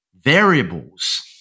variables